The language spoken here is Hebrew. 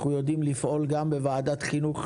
אנחנו יודעים לפעול גם בוועדת החינוך,